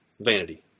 vanity